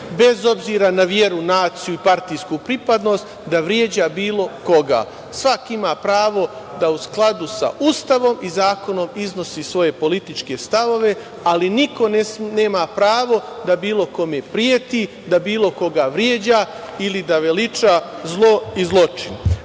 bez obzira na veru, naciju i partijsku pripadnost, da vređa bilo koga. Svako ima pravo da u skladu sa Ustavom i zakonom iznosi svoje političke stavove, ali niko nema pravo da bilo kome preti, da bilo koga vređa ili da veliča zlo i zločin. Takođe,